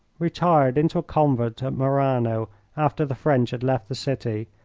retired into a convent at murano after the french had left the city,